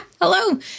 hello